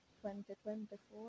2024